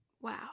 Wow